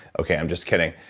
okay, i'm just kidding.